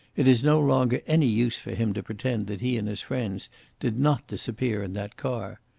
it is no longer any use for him to pretend that he and his friends did not disappear in that car.